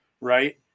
right